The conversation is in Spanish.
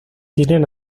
tienen